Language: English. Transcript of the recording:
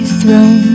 throne